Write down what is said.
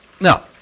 Now